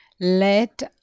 let